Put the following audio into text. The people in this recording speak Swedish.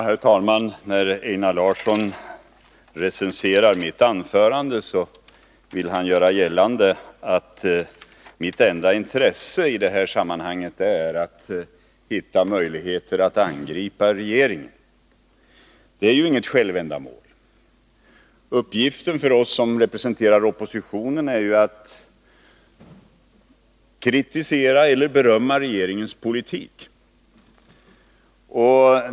Herr talman! När Einar Larsson recenserar mitt anförande vill han göra gällande att mitt enda intresse i det här sammanhanget är att hitta möjligheter att angripa regeringen. Men det är inget självändamål. Uppgiften för oss som representerar oppositionen är ju att kritisera eller berömma regeringens politik.